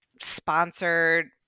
sponsored